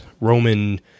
Roman